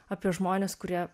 apie žmones kurie